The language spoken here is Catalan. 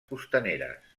costaneres